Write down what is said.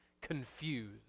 confused